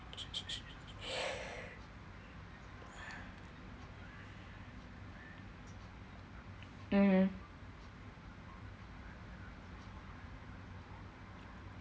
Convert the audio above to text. mmhmm